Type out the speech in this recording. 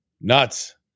nuts